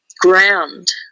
ground